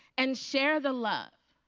and share the love.